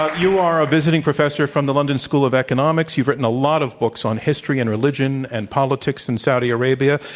ah you are a visiting professor from the london school of economics. you've written a lot of books on history and religion and politics in saudi arabia.